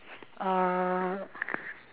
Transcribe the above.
uh